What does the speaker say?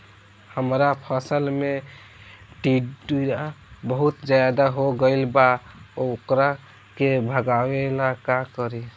हमरा फसल में टिड्डा बहुत ज्यादा हो गइल बा वोकरा के भागावेला का करी?